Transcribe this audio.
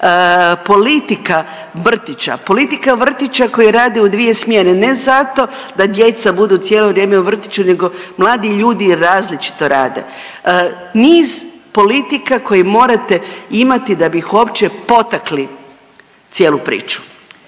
Politika vrtića, politika vrtića koji rade u dvije smjene, ne zato da djeca budu cijelo vrijeme u vrtiću nego mladi ljudi različito rade. Niz politika koje morate imati da bi ih uopće potakli cijelu priču.